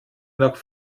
nach